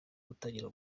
gutangira